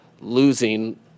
losing